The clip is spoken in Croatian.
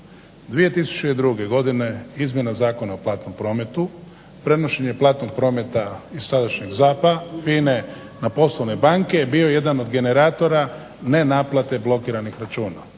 2002. godine izmjena Zakona o platnom prometu, prenošenje platnog prometa iz sadašnjeg ZAP-a/FINA-e na poslovne banke je bio jedan od generatora nenaplate blokiranih računa.